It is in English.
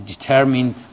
determined